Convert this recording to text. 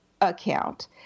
account